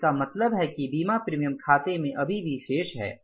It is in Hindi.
तो इसका मतलब है कि बीमा प्रीमियम खाते में अभी भी शेष है